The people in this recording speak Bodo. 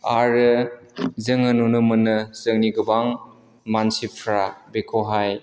आरो जोङो नुनो मोनो जोंनि गोबां मानसिफोरा बेखौहाय